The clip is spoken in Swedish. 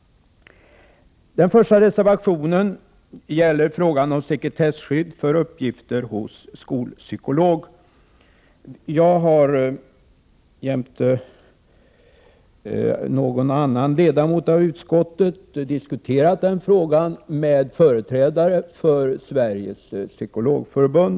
Den första reservationen gäller sekretesskydd för uppgifter hos skolpsykolog. Jag har, jämte någon annan ledamot av utskottet, diskuterat den frågan med företrädare för Sveriges Psykologförbund.